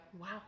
wow